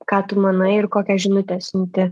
ką tu manai ir kokią žinutę siunti